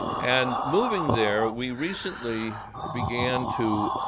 and moving there, we recently began to